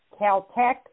Caltech